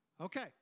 Okay